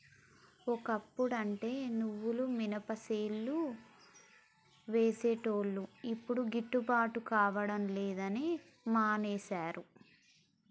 ఓ అప్పుడంటే నువ్వులు మినపసేలు వేసేటోళ్లు యిప్పుడు గిట్టుబాటు కాడం లేదని మానేశారు